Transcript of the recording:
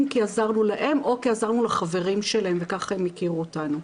אם כי עזרנו להם או כי עזרנו לחברים שלהם וכך הם הכירו אותנו.